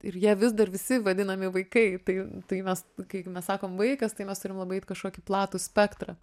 ir jie vis dar visi vadinami vaikai tai tai mes kai mes sakom vaikas tai mes turim labai eit kažkokį platų spektrą